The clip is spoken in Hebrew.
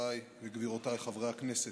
רבותיי וגבירותיי חברי הכנסת,